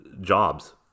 jobs